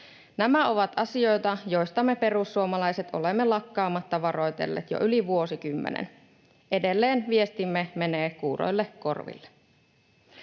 Nämä ovat asioita, joista me perussuomalaiset olemme lakkaamatta varoitelleet jo yli vuosikymmenen. Edelleen viestimme menee kuuroille korville.